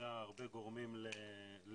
מכניסה הרבה גורמים לטור,